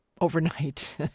overnight